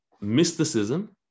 mysticism